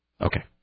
Okay